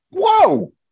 Whoa